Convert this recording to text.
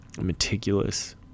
meticulous